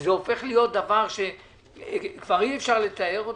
שזה הופך להיות דבר שכבר אי אפשר לתאר אותו.